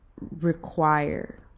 required